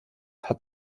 hat